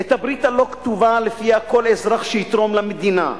הברית הלא-כתובה שלפיה כל אזרח שיתרום למדינה,